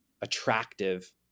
attractive